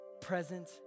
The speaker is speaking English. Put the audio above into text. present